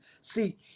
See